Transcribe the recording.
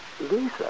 Lisa